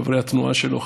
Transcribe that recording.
חברי התנועה שלו,